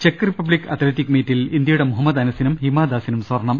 check Republic athletic മീറ്റിൽ ഇന്ത്യയുടെ മുഹമ്മദ് അനസിനും ഹിമ ദാസിനും സ്വർണ്ണം